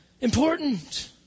important